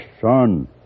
son